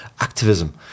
activism